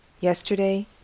Yesterday